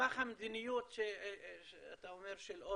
מסמך המדיניות של אורן,